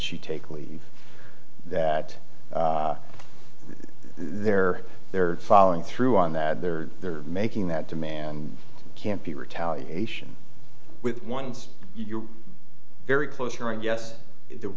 she take leave that they're they're following through on that they're they're making that demand can't be retaliation with once you're very close here and yes the